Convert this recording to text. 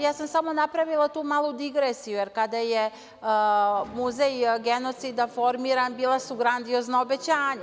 Ja sam samo napravila tu malu digresiju, jer kada je Muzej genocida formiran, bila su grandiozna obećanja.